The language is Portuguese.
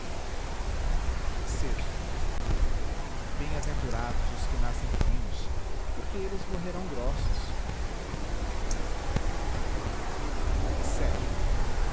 leves em aventurados os que nascem finos porque eles morrerão grossos